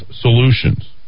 Solutions